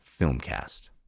filmcast